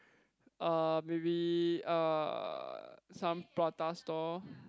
uh maybe uh some prata stall